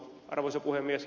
arvoisa puhemies